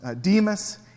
Demas